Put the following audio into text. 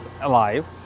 alive